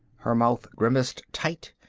her mouth grimaced tight,